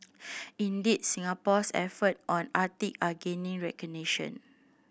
indeed Singapore's effort on Arctic are gaining recognition